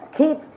keep